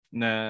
na